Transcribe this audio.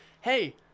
Hey